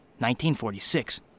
1946